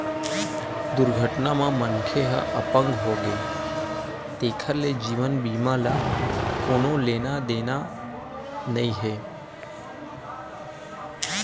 दुरघटना म मनखे ह अपंग होगे तेखर ले जीवन बीमा ल कोनो लेना देना नइ हे